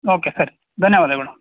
okay sir ಧನ್ಯವಾದಗಳು